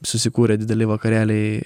susikūrė dideli vakarėliai